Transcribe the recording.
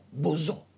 Bozo